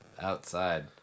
outside